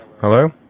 Hello